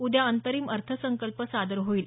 उद्या अंतरिम अर्थसंकल्प सादर होईल